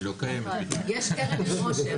יש קרן אין עושר.